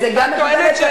וזה גם מגובה בתקנון.